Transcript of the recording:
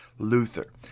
Luther